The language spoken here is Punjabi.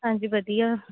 ਹਾਂਜੀ ਵਧੀਆ